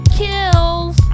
kills